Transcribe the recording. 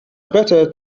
better